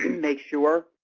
and make sure